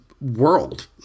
world